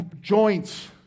joints